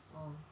oh